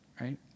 right